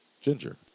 Ginger